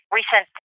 recent